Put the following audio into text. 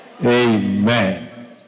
Amen